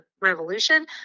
Revolution